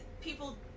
People